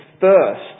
first